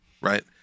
right